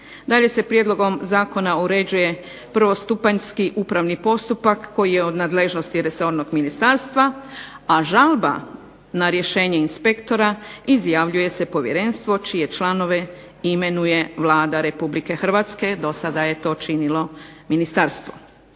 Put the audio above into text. Dalje se prijedlogom Zakona uređuje prvostupanjski upravni postupak koji je od nadležnosti resornog ministarstva a žalba na rješenje inspektora izjavljuje se povjerenstvo čije članove imenuje Vlada Republike Hrvatske, do sada je to činilo Ministarstvo.